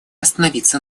остановиться